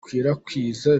ikwirakwiza